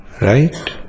right